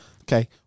Okay